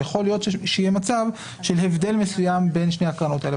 יכול להיות שיהיה מצב של הבדל מסוים בין שתי הקרנות הללו,